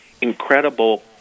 incredible